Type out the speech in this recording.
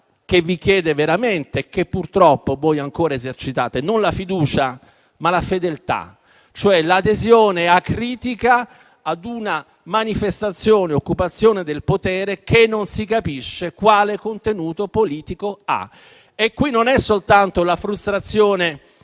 che vi chiede veramente e che purtroppo voi ancora esercitate: non la fiducia, ma la fedeltà, cioè l'adesione acritica ad una manifesta occupazione del potere, che non si capisce quale contenuto politico abbia. Non si tratta solo della frustrazione